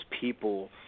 people